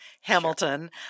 Hamilton